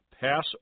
Pass